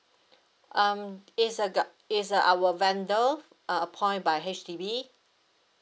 um it's uh guy it's uh our vendor uh appoint by H_D_B